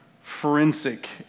forensic